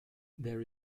there